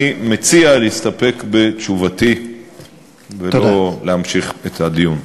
אני מציע להסתפק בתשובתי ולא להמשיך את הדיון.